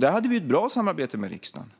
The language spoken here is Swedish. Där hade vi ett bra samarbete med riksdagen.